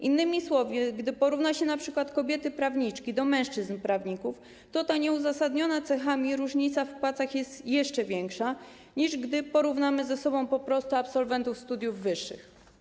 Innymi słowy, gdy porówna się np. kobiety prawniczki do mężczyzn prawników, to ta nieuzasadniona cechami różnica w płacach jest jeszcze większa, niż gdy porównamy ze sobą po prostu absolwentów studiów wyższych,